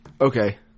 Okay